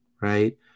right